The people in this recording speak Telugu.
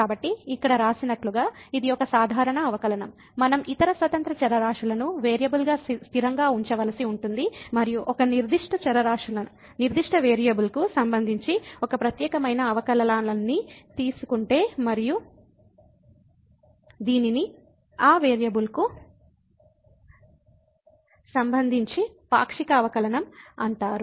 కాబట్టి ఇక్కడ వ్రాసినట్లుగా ఇది ఒక సాధారణ అవకలనం మనం ఇతర స్వతంత్ర చరరాశులను వేరియబుల్గా స్థిరంగా ఉంచవలసి ఉంటుంది మరియు ఒక నిర్దిష్ట వేరియబుల్కు సంబంధించి ఒక ప్రత్యేకమైన అవకలనాన్ని తీసుకుంటే మరియు దీనిని ఆ వేరియబుల్కు సంబంధించి పాక్షిక అవకలనం అంటారు